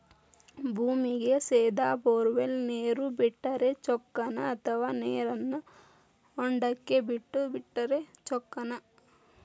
ಭೂಮಿಗೆ ಸೇದಾ ಬೊರ್ವೆಲ್ ನೇರು ಬಿಟ್ಟರೆ ಚೊಕ್ಕನ ಅಥವಾ ನೇರನ್ನು ಹೊಂಡಕ್ಕೆ ಬಿಟ್ಟು ಬಿಟ್ಟರೆ ಚೊಕ್ಕನ?